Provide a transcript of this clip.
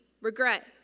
regret